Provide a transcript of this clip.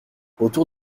autour